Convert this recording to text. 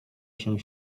się